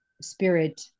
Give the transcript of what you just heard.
spirit